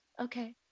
Okay